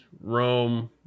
Rome